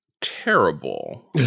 terrible